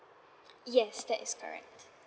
yes that is correct